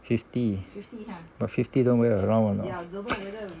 fifty but fifty don't know we around or not